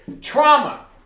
trauma